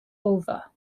over